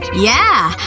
yeah,